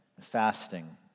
fasting